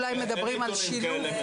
ואין דבר כזה.